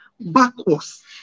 backwards